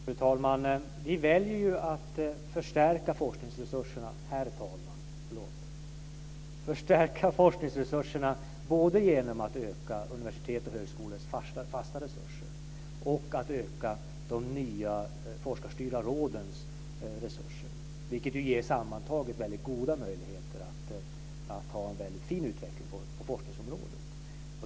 Herr talman! Vi väljer att förstärka forskningsresurserna både genom att öka universitets och högskolors fasta resurser och öka de nya forskarstyrda rådens resurser, vilket sammantaget ger väldigt goda möjligheter till en väldigt fin utveckling på forskningsområdet.